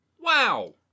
Wow